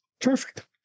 perfect